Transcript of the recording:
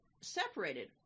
separated